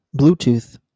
bluetooth